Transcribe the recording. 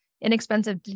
inexpensive